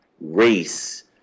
race